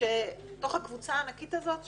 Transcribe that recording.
בתוך הקבוצה הענקית הזאת.